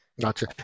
Gotcha